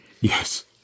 yes